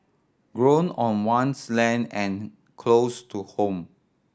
grown on one's land and close to home